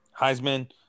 Heisman